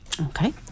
Okay